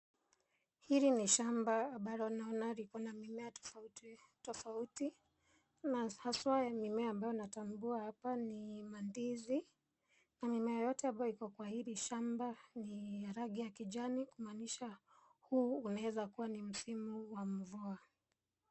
Hili ni shamba ambalo naona liko na mimea tofauti tofauti. Na haswa ya mimea ambayo natambua hapa ni mandizi. Na mimea yote ambayo iko kwa hili shamba ni rangi ya kijani kumaanisha huu unaweza kuwa ni msimu wa mvua.